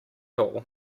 all